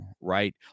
right